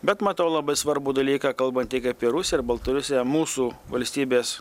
bet matau labai svarbų dalyką kalbant tiek apie rusiją ir baltarusiją mūsų valstybės